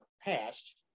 past